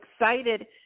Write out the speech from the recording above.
excited